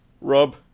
Rob